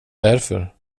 därför